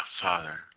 Father